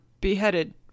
beheaded